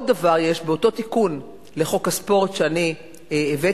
יש עוד דבר באותו תיקון לחוק הספורט שאני הבאתי,